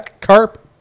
carp